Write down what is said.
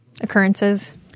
occurrences